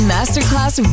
Masterclass